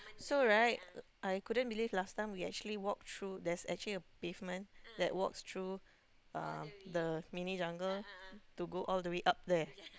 so right I couldn't believe last time we actually walked through there's actually a pavement that walks through uh the mini jungle to go all the way up there